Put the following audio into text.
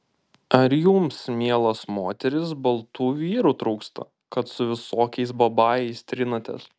ar jums mielos moterys baltų vyrų trūksta kad su visokiais babajais trinatės